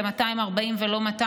זה 240 ולא 200,